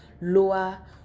lower